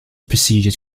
procedures